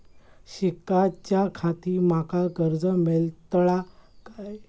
शिकाच्याखाती माका कर्ज मेलतळा काय?